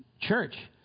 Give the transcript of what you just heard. church